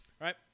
right